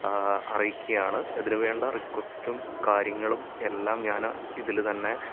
അറിയിക്കുകയാണ് ഇതിനുവേണ്ട റിക്വസ്റ്റും കാര്യങ്ങളും എല്ലാം ഞാൻ ഇതിൽ തന്നെ